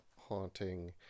haunting